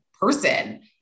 person